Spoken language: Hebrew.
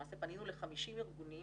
למעשה פנינו ל-50 ארגונים